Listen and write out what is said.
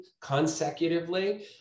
consecutively